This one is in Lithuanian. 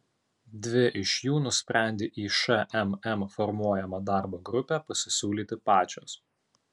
dvi iš jų nusprendė į šmm formuojamą darbo grupę pasisiūlyti pačios